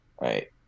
Right